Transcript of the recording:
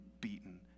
beaten